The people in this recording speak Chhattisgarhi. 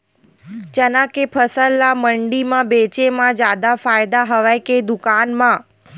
चना के फसल ल मंडी म बेचे म जादा फ़ायदा हवय के दुकान म?